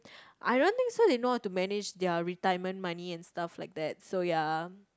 I run thing so they know how to manage their retirement money and stuff like that so ya